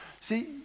See